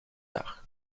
dach